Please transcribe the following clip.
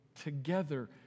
together